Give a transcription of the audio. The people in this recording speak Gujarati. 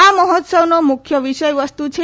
આ મહોત્સવના મુખ્ય વિષય વસ્તુ છે